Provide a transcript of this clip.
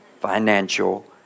financial